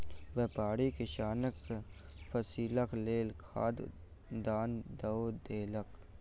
व्यापारी किसानक फसीलक लेल खाद दान दअ देलैन